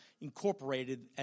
incorporated